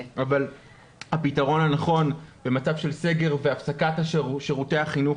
הפתרון הנכון במצב של סגר והפסקת שירותי החינוך